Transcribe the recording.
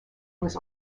was